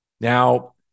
Now